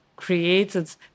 created